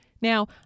Now